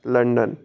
London